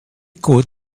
could